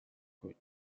good